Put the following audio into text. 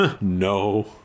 No